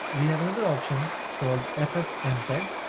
we have another option called ffmpeg,